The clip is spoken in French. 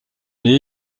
mais